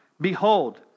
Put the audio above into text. Behold